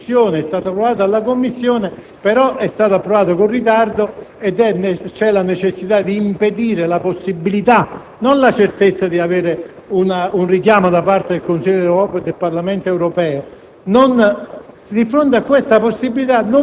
ramo del Parlamento che è stato approvato dalla Commissione, però è stato approvato con ritardo e vi è la necessità di impedire la possibilità, non la certezza, di un richiamo da parte del Consiglio europeo o del Parlamento europeo.